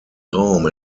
raum